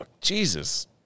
Jesus